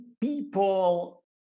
people